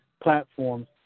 platforms